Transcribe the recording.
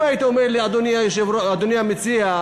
אם היית אומר לי: אדוני המציע,